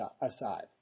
aside